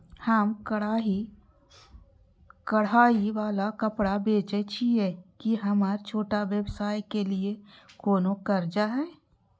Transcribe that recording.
हम कढ़ाई वाला कपड़ा बेचय छिये, की हमर छोटा व्यवसाय के लिये कोनो कर्जा है?